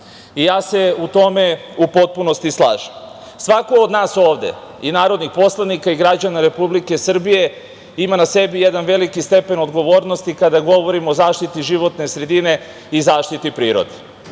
tome se ja u potpunosti slažem. Svako od nas ovde, i narodnih poslanika i građana Republike Srbije, ima na sebi jedan veliki stepen odgovornosti kada govorimo o zaštiti životne sredine i zaštiti prirode. Svako